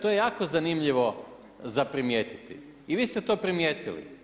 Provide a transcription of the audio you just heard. To je jako zanimljivo za primijetiti i vi ste to primijetili.